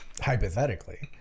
Hypothetically